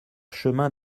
chemin